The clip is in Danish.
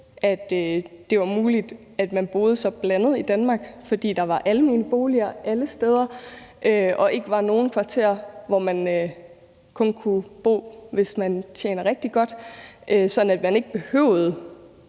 at det var muligt, at man boede mere blandet i Danmark, fordi der var almene boliger alle steder, og at der ikke var nogle kvarterer, hvor man kun kan bo, hvis man tjener rigtig godt, for så behøvede